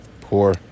poor